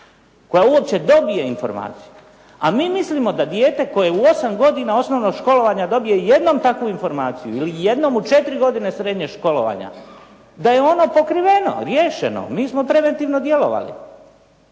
koja uopće dobije informaciju. A mi mislimo da dijete koje u 8 godina osnovnog školovanja dobije jednom takvu informaciju ili jednom u četiri godine srednjeg školovanja, da je ono pokriveno, riješeno. Mi smo preventivno djelovali.